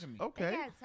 Okay